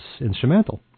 instrumental